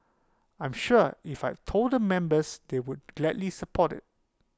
I'm sure if I had told the members they would gladly support IT